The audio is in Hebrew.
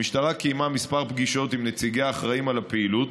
המשטרה קיימה כמה פגישות עם נציגי האחראים על הפעילות,